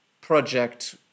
project